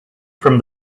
from